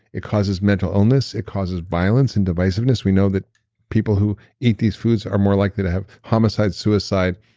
it causes mental illness. it causes violence and divisiveness. we know that people who eat these foods are more likely to have homicide, suicide,